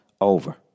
over